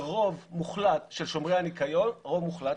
ורוב מוחלט של שומרי הניקיון רוב מוחלט,